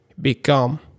become